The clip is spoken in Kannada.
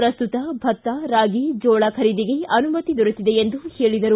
ಪ್ರಸ್ತುತ ಭತ್ತ ರಾಗಿ ಜೋಳ ಖರೀದಿಗೆ ಅನುಮತಿ ದೊರೆತಿದೆ ಎಂದು ಹೇಳಿದರು